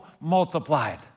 multiplied